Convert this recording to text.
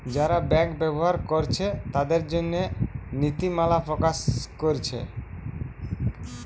যারা ব্যাংক ব্যবহার কোরছে তাদের জন্যে নীতিমালা প্রকাশ কোরছে